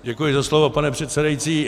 Děkuji za slovo, pane předsedající.